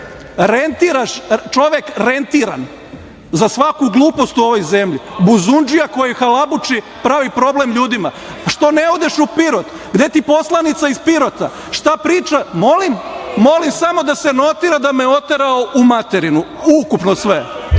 pričam. Čovek rentiran za svaku glupost u ovoj zemlji. Buzundžija koji halabuči, pravi problem ljudima. Što ne odeš u Pirot? Gde ti je poslanica iz Pirota? Šta priča? Molim? Molim samo da se notira da me je oterao u materinu, ukupno sve.